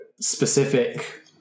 specific